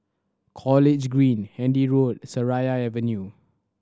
College Green Handy Road Seraya Avenue